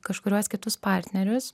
kažkuriuos kitus partnerius